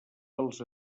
dels